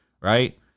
right